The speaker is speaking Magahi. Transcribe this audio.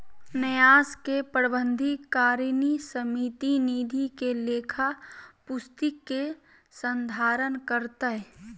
न्यास के प्रबंधकारिणी समिति निधि के लेखा पुस्तिक के संधारण करतय